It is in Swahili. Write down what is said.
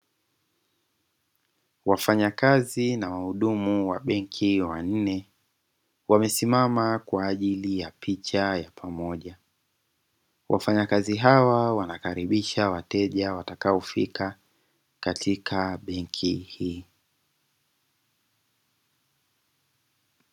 Wafanyakazi na wahudumu wa benki wanne wamesimama kwa ajili ya picha ya pamoja. Wafanyakazi hawa wanakaribisha wateja wataofika katika benki hii.